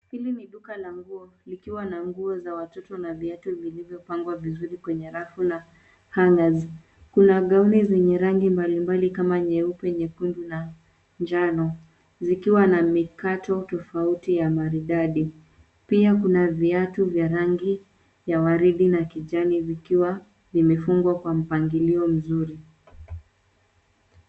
Hili ni duka la nguo, likiwa na nguo za watoto na viatu vilivyopangwa vizuri kwenye rafu na hangers(cs). Kuna gauni zenye rangi mbalimbali kama nyeupe, nyekundu na njano, zikiwa na mikato tofauti ya maridadi. Pia kuna viatu vya rangi ya waridi na kijani vikiwa vimefungwa Kwa mpangilio mzuri.